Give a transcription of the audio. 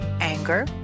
Anger